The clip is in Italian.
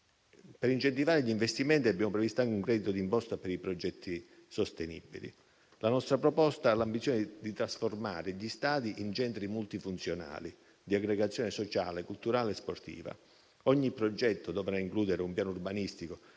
Per incentivare gli investimenti abbiamo previsto anche un credito d'imposta per i progetti sostenibili. La nostra proposta ha l'ambizione di trasformare gli stadi in centri multifunzionali di aggregazione sociale, culturale e sportiva. Ogni progetto dovrà includere un piano urbanistico